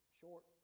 short